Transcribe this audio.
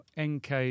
nk